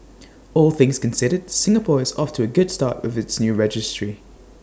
all things considered Singapore is off to A good start with its new registry